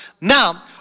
Now